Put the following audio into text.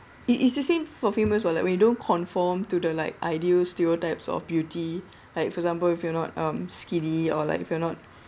it is the same for females [what] like when you don't conform to the like ideal stereotypes of beauty like for example if you're not um skinny or like if you're not